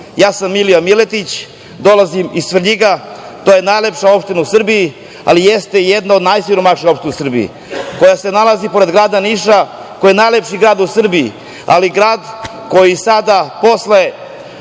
sam Milija Miletić. Dolazim iz Svrljiga, to je najlepša opština u Srbiji, ali jeste jedna od najsiromašnijih opština u Srbiji, koja se nalazi pored grada Niša, koji je najlepši grad u Srbiji, ali grad koji od kako